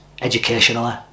educationally